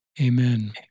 Amen